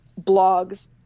blogs